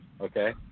Okay